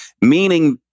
meaning